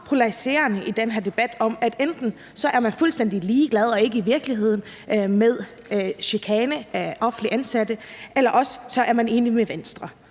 polariserende i den her debat, i forhold til at man enten er fuldstændig ligeglad og ikke kender virkeligheden om chikane af offentligt ansatte eller også er enig med Venstre.